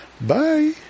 Bye